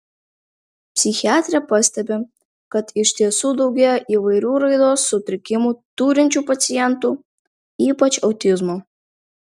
psichiatrė pastebi kad iš tiesų daugėja įvairių raidos sutrikimų turinčių pacientų ypač autizmo